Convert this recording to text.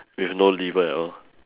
with no liver at all